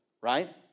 right